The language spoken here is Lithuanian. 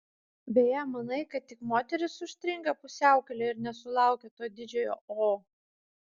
beje manai kad tik moterys užstringa pusiaukelėje ir nesulaukia to didžiojo o